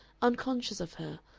unconscious of her,